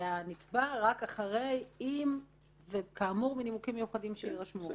ואחרי זה הנתבע יכול לבקש מנימוקים שיירשמו.